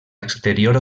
exterior